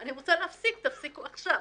אני רוצה להפסיק ותפסיקו עכשיו.